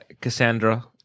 Cassandra